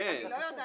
אני לא יודעת.